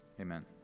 Amen